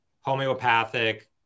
homeopathic